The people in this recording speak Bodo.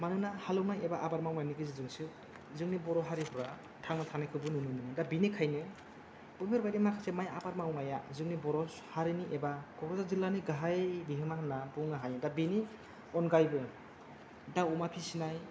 मानोना हालेवनाय एबा आबाद मावनायनि गेजेरजोंसो जोंनि बर' हारिफ्रा थांना थानायखौबो नुनो मोनो दा बिनिखायनो बेफोरबायदि माखासे माइ आबाद मावनाया जोंनि बर' हारिनि एबा क'क्राझार जिल्लानि गाहाइ बिहोमा होनना बुंनो हायो दा बेनि अनगायैबो दाव अमा फिसिनाय